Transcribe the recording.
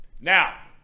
Now